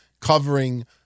covering